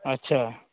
अच्छा